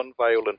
nonviolent